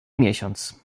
miesiąc